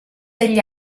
degli